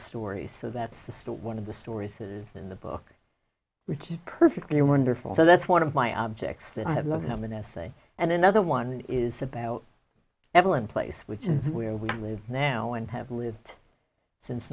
story so that's the one of the story says in the book which is perfectly wonderful so that's one of my objects that i have loved him an essay and another one is about evelyn place which is where we live now and have lived since